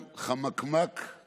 חברת הכנסת תמר זנדברג.